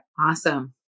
Awesome